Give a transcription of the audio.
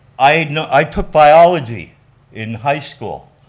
i you know i took biology in high school,